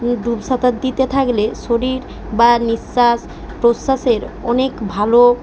ডুব সাঁতার দিতে থাকলে শরীর বা নিঃশ্বাস প্রশ্বাসের অনেক ভালো